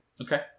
Okay